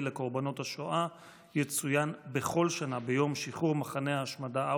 לקורבנות השואה יצוין בכל שנה ביום שחרור מחנה ההשמדה אושוויץ,